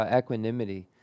equanimity